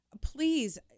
please